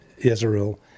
Israel